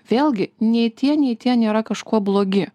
vėlgi nei tie nei tie nėra kažkuo blogi